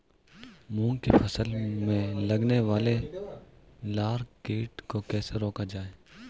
मूंग की फसल में लगने वाले लार कीट को कैसे रोका जाए?